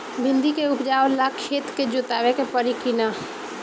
भिंदी के उपजाव ला खेत के जोतावे के परी कि ना?